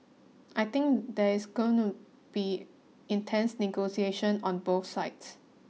I think there is gonna be intense negotiation on both sides